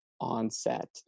onset